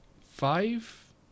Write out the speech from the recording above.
five